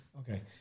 Okay